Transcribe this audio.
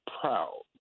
proud